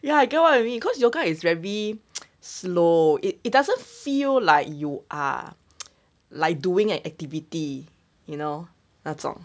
ya I get what you mean cause yoga is very slow it it doesn't feel like you are like doing an activity you know 那种